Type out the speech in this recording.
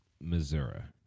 Missouri